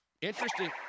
Interesting